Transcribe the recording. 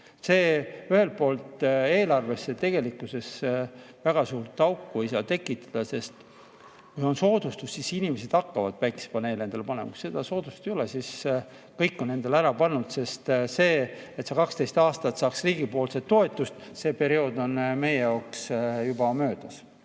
See ühelt poolt eelarvesse tegelikkuses väga suurt auku ei saa tekitada, sest kui on soodustus, siis inimesed hakkavad päikesepaneele endale panema. Kui seda soodustust ei ole, siis kõik on endale ära pannud, sest see, et sa 12 aastat saaks riigipoolset toetust, see periood on meie jaoks juba möödas.